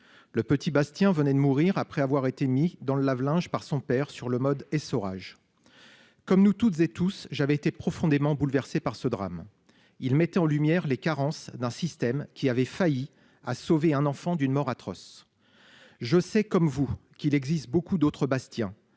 Le petit Bastien venait de mourir après avoir été mis dans le lave-linge par son père sur le mode essorage. Comme nous toutes et tous. J'avais été profondément bouleversé par ce drame, il mettait en lumière les carences d'un système qui avait failli à sauver un enfant d'une mort atroce. Je sais comme vous qu'il existe beaucoup d'autres Bastien